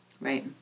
Right